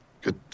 Good